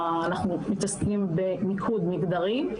אנחנו מתעסקים במיקוד מגדרי,